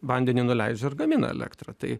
vandenį nuleidžia ir gamina elektrą tai